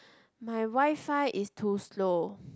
my Wi-Fi is too slow